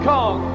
Kong